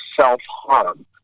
self-harm